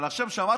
אבל עכשיו שמעתם?